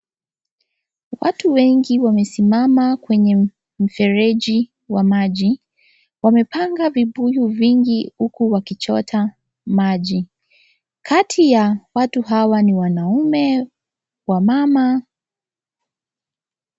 Watu wengi wamesimama kwenye mfeleji wa maji. Wamepanga vibuyu vingi huku wakichota maji. Kati ya watu hawa ni wanaume, wamama.